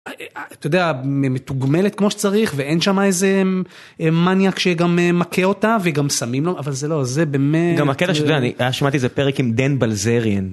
אתה יודע, מתוגמלת כמו שצריך, ואין שמה איזה מניאק שגם מכה אותה וגם סמים לא, אבל זה לא, זה באמת... גם הקטע שאני שמעתי איזה פרק עם דן בילזריאן.